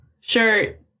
shirt